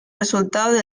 resultados